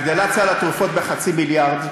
הגדלת סל התרופות בחצי מיליארד.